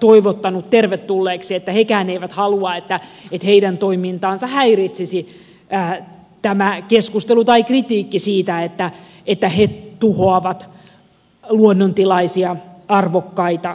toivottanut tervetulleeksi että hekään eivät halua että heidän toimintaansa häiritsisi tämä keskustelu tai kritiikki siitä että he tuhoavat luonnontilaisia arvokkaita soita